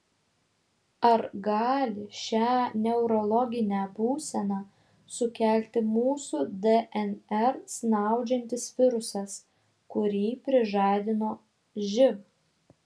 ar gali šią neurologinę būseną sukelti mūsų dnr snaudžiantis virusas kurį prižadino živ